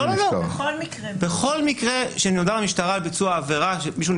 לא, לא, בכל מקרה שנודע למשטרה על מישהו שנפטר